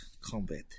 combat